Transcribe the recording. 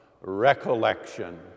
recollection